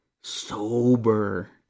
Sober